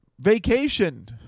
vacation